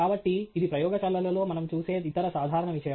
కాబట్టి ఇది ప్రయోగశాలలలో మనం చూసే ఇతర సాధారణ విషయం